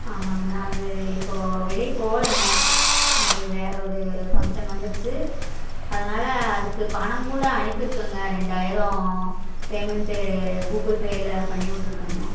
ஆமாங்க அது இப்போ வெளியே போகலைங்க அது வேறொரு ஃபங்ஷன் வந்திருச்சு அதனால் அதுக்கு பணங்கூட அனுப்பியிருக்கங்க ரெண்டாயிரம் பேமெண்ட் கூகுள் பேல பண்ணிவிட்ருக்கங்க